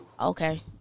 okay